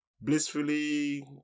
blissfully